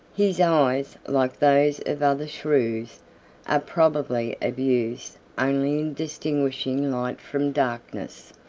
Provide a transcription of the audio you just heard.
his eyes, like those of other shrews, are probably of use only in distinguishing light from darkness.